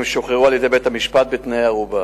הם שוחררו על-ידי בית המשפט בתנאי ערובה.